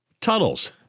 Tuttles